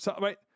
right